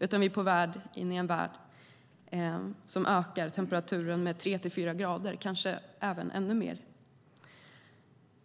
Vi är i stället på väg in i en värld där temperaturen ökar med tre till fyra grader - kanske även ännu mer.